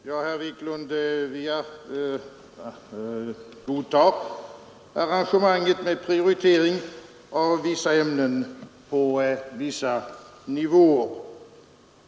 Herr talman! Vi godtar, herr Wiklund i Härnösand, arrangemanget med prioritering av vissa ämnen på vissa nivåer.